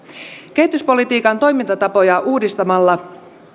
kehityspolitiikan toimintatapoja uudistamalla